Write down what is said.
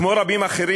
כמו רבים אחרים,